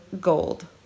gold